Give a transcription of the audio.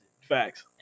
Facts